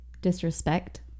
disrespect